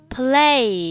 play